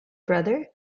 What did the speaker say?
brother